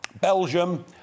Belgium